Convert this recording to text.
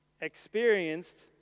experienced